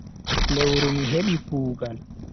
Lewru mi hebi kugaal.